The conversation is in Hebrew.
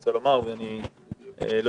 רוצה לומר משהו כללי על ההפגנות.